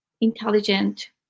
intelligent